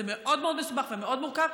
זה מאוד מאוד מסובך ומאוד מורכב.